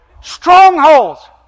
Strongholds